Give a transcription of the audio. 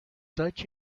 such